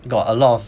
got a lot of